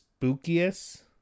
Spookiest